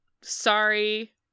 Sorry